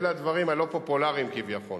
לפני כתשע שנים,